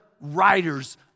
writers